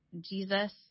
Jesus